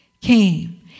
came